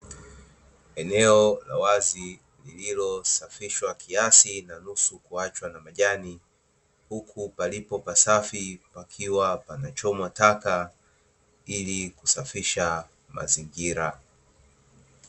Eneo la wazi lililo safishwa kiasi na nusu kuachwa na majani huku palipo pasafi pakiwa pamechomwa taka ili kusafisha mazingira.